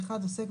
אז ניקח את